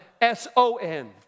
S-O-N